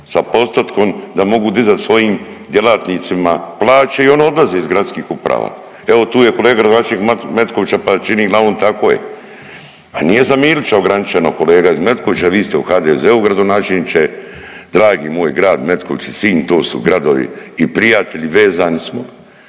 sa postotkom da mogu dizat svojim djelatnicima plaće i oni odlaze iz gradskih uprava. Evo tu je kolega gradonačelnik Metkovića pa čini glavom tako je. A nije za Milića ograničeno kolega iz Metkovića vi ste u HDZ-u gradonačelniče dragi moj Grad Metković i Sinj to su gradovi i prijatelji vezani smo,